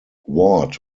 ward